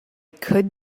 could